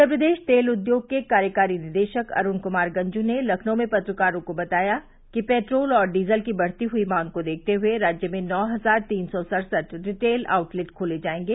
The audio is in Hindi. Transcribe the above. उत्तर प्रदेश तेल उद्योग के कार्यकारी निदेशक अरूण कृमार गंजू ने लखनऊ में पत्रकारों को बताया कि पेट्रोल और डीजल की बढ़ती हई मांग को देखते हुए राज्य में नौ हजार तीन सौ सड़सठ रिटेल आउटलेट खोले जायेंगे